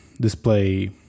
display